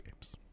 games